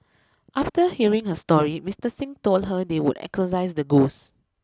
after hearing her story Mister Xing told her they would exorcise the ghosts